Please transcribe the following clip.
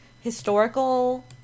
historical